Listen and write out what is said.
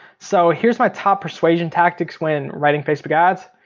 so here's my top persuasion tactics when writing facebook ads.